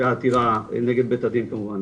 שהעתירה נגד בית הדין כמובן,